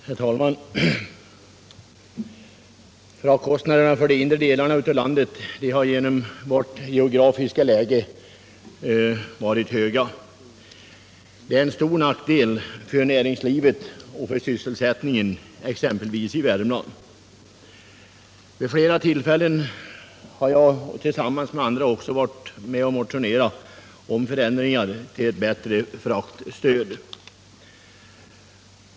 Herr talman! Fraktkostnaderna i de inre delarna av vårt land har genom de geografiska förutsättningarna varit höga. Det är en stor nackdel för näringslivet och för sysselsättningen exempelvis i Värmland. Vid flera — Nr 53 tillfällen har jag, också tillsammans med andra ledamöter, motionerat om införande av ett bättre fraktstöd.